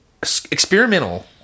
experimental